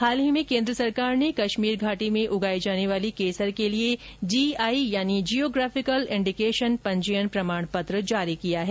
हाल में केन्द्र सरकार ने कश्मीर घाटी में उगाई जाने वाली केसर के लिए जीआई यानी जियोग्रेफिकल इंडीकेशन पंजीयन प्रमाणपत्र जारी किया है